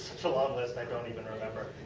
so long list i don't even remember.